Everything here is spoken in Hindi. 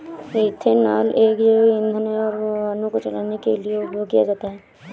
इथेनॉल एक जैव ईंधन है और वाहनों को चलाने के लिए उपयोग किया जाता है